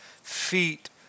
Feet